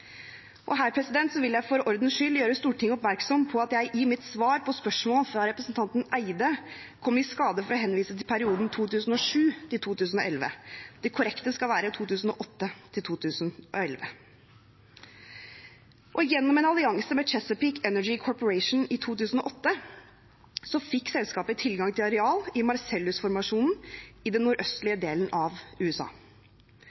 Her vil jeg for ordens skyld gjøre Stortinget oppmerksom på at jeg i mitt svar på spørsmål fra representanten Espen Barth Eide kom i skade for å henvise til perioden 2007–2011. Det korrekte skal være 2008–2011. Gjennom en allianse med Chesapeake Energy Corporation i 2008 fikk selskapet tilgang til areal i Marcellus-formasjonen i den